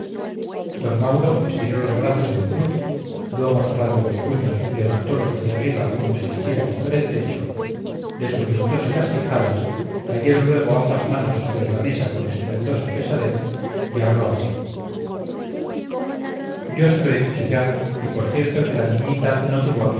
don mauro estiró los brazos en cruz luego cerrando los puños levantolos hacia arriba como si quisiera coger el techo descoyuntose las quijadas cayeron luego ambas manos sobre la mesa con estruendosa pesadez y habló así yo se lo he dicho ya y por cierto que la niñita no tuvo